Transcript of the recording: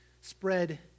spread